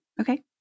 Okay